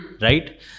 Right